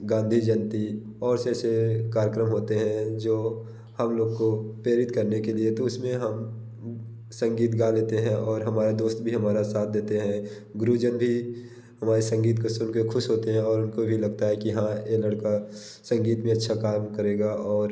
गांधी जयंती और से ऐसे कार्यक्रम होते हैं जो हम लोग को प्रेरित करने के लिए तो उसमें हम संगीत गा लेते हैं और हमारे दोस्त भी हमारा साथ देते हैं गुरुजन भी हमारे संगीत काे सुन के ख़ुश होते हैं और उनको भी लगता है कि हाँ एह लड़का संगीत में अच्छा काम करेगा और